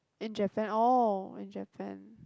in Japan oh in Japan